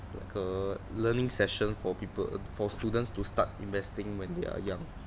like a learning session for people for students to start investing when they are young